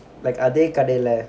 like are they கடைல:kadaila